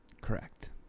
Correct